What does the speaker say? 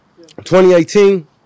2018